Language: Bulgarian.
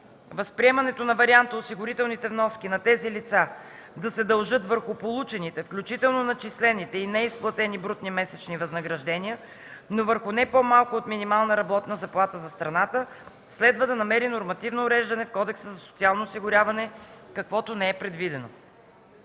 Възприемането на варианта осигурителните вноски на тези лица да се дължат върху получените, включително начислените и неизплатените брутни месечни възнаграждения, но върху не по-малко от минималната работна заплата за страната, следва да намери нормативно уреждане в Кодекса за социално осигуряване, каквото не е предвидено.